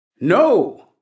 No